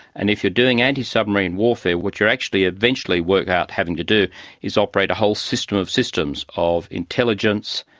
and if you are doing antisubmarine warfare, what you actually eventually work out having to do is operate a whole system of systems, of intelligence,